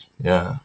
ya